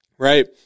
right